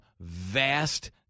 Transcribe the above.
vast